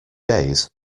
days